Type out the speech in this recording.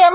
એમ